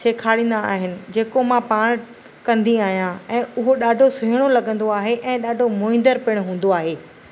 सेखारींदा आहिनि जेको मां पाण कंदी आहियां ऐं उहो ॾाढो सुहिणो लॻंदो आहे ऐं ॾाढो मुहिंदड़ु पिणु हूंदो आहे